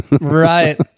Right